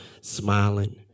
smiling